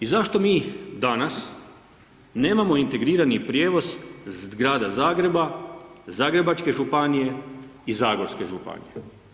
I zašto mi danas nemamo integrirani prijevoz grada Zagreba, Zagrebačke županije i zagorske županije?